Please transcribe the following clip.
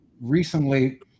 recently